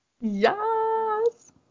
Yes